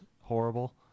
horrible